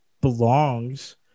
belongs